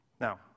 Now